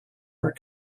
her